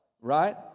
right